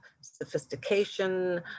sophistication